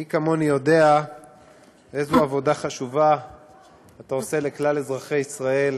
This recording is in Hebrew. מי כמוני יודע איזו עבודה חשובה אתה עושה לכלל אזרחי ישראל